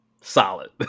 solid